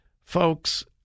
Folks